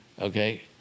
Okay